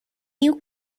new